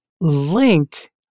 Link